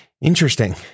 Interesting